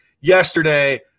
yesterday